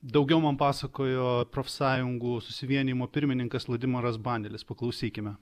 daugiau man pasakojo profsąjungų susivienijimo pirmininkas vladimiras banelis paklausykime